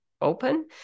open